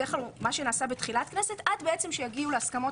בדרך-כלל מה שנעשה בתחילת כנסת עד בעצם שיגיע להסכמות